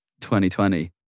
2020